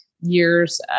years